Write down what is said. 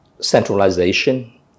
centralization